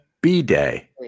B-Day